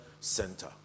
center